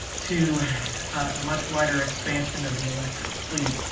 to a much wider expansion of the elect fleet.